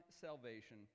salvation